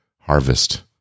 harvest